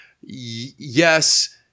yes –